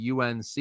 UNC